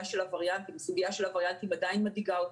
של הווריאנטים שעדיין מדאיגה אותנו.